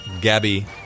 Gabby